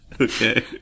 Okay